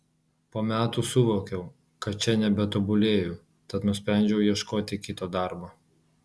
po metų suvokiau kad čia nebetobulėju tad nusprendžiau ieškoti kito darbo